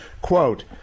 Quote